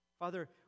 Father